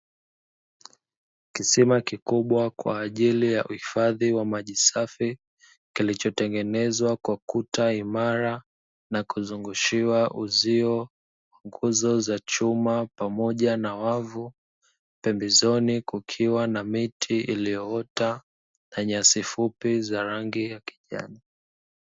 Kisima kikubwa kwa ajili ya uhifadhi wa maji safi kilicho tengenezwa kwa kuta imara na kuzungushiwa uzio wa nguzo za chuma pamoja na wavu. pembezoni kukiwa na miti ilioota na nyasi fupi za rangi ya kijani.